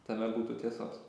tame būtų tiesos